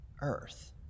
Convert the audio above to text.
earth